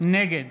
נגד